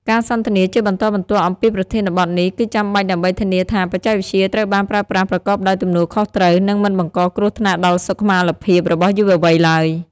ការសន្ទនាជាបន្តបន្ទាប់អំពីប្រធានបទនេះគឺចាំបាច់ដើម្បីធានាថាបច្ចេកវិទ្យាត្រូវបានប្រើប្រាស់ប្រកបដោយទំនួលខុសត្រូវ និងមិនបង្កគ្រោះថ្នាក់ដល់សុខុមាលភាពរបស់យុវវ័យឡើយ។